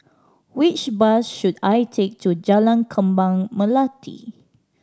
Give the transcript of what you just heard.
which bus should I take to Jalan Kembang Melati